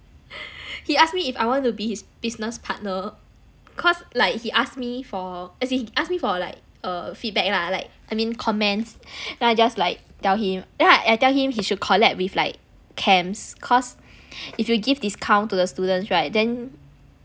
he ask me if I want to be his business partner cause like he asked me for as in he ask me for like err feedback lah like I mean comments then I just like tell him yeah then I tell him he should collab with like camps cause if you give discount to the students right then